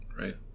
Right